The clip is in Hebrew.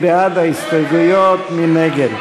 הסתייגות של תוכנית חדשה, מי בעד ההסתייגויות?